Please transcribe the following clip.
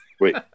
Wait